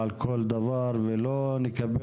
לא.